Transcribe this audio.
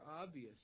obvious